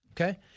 Okay